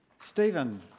Stephen